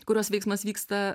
kurios veiksmas vyksta